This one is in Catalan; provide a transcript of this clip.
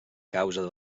causa